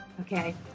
Okay